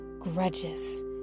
grudges